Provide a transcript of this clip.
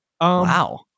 Wow